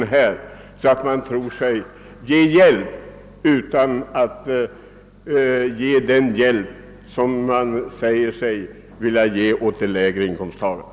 Vi får se upp med detta, så att vi inte bara tror oss ge den hjälp som vi vill ge åt de lägre inkomsttagarna!